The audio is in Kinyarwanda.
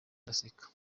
ndaseka